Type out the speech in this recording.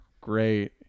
Great